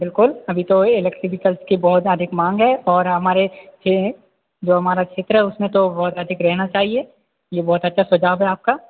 बिल्कुल अभी तो की बहुत अधिक माँग है और हमारे हैं जो हमारा क्षेत्र है उसमें तो बहुत अधिक रहना चाहिए ये बहुत अच्छा सुझाव है आपका